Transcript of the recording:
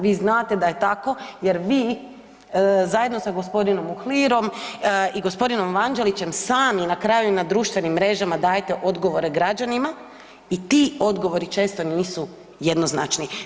Vi znate da je tako, jer vi zajedno sa gospodinom Uhlirom i gospodinom Evanđeličem sami na kraju i na društvenim mrežama dajete odgovore građanima i ti odgovori često nisu jednoznačni.